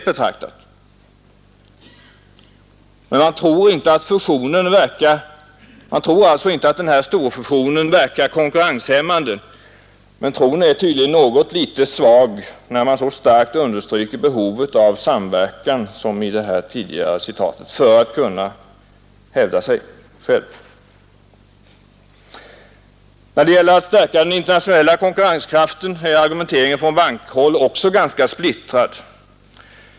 Man tror alltså inte att den Tisdagen den här storfusionen verkar SOnkiumrenshälm mande; men tron är tydligen litet 14 december 1971 svag när man så starkt som i det tidigare citatet understryker behovet av —— samverkan för att man skall kunna likvärdigt hävda sig själv. Befrielse från Då det gäller att stärka den internationella konkurrenskraften är Statlig och argumenteringen från bankhåll också ganska splittrad.